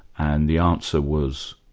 and the answer was,